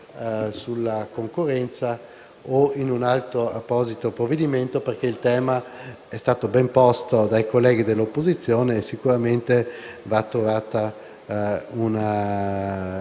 sulla concorrenza o in un altro apposito provvedimento, perché il tema è stato ben posto dai colleghi dell'opposizione, e sicuramente va trovata una